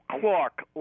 Clark